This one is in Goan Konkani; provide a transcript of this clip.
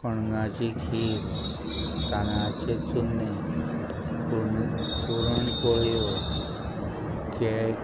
कणगाची खीर तांदळाचे चुन्नें पुर्ण पुरण पोळयो केळ